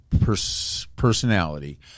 personality